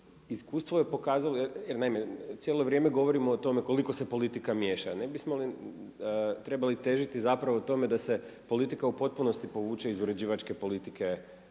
Iskustvo je pokazalo, jer naime cijelo vrijeme govorimo o tome koliko se politika miješa, ne bismo li trebali težiti zapravo tome da se politika u potpunosti povuče iz uređivačke politike, odnosno